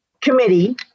committee